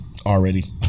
already